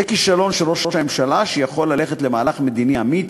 זה כישלון של ראש ממשלה שיכול ללכת למהלך מדיני אמיץ,